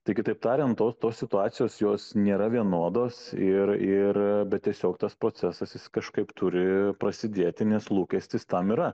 tai kitaip tariant tos situacijos jos nėra vienodos ir ir bet tiesiog tas procesas jis kažkaip turi prasidėti nes lūkestis tam yra